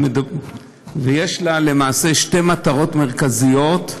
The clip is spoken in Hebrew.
יש לה, למעשה, שתי מטרות מרכזיות,